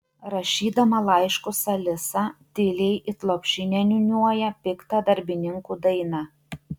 rašydama laiškus alisa tyliai it lopšinę niūniuoja piktą darbininkų dainą